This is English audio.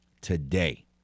today